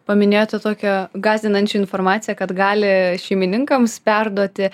paminėjote tokią gąsdinančią informaciją kad gali šeimininkams perduoti